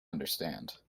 understand